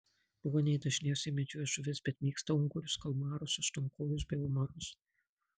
ruoniai dažniausiai medžioja žuvis bet mėgsta ungurius kalmarus aštuonkojus bei omarus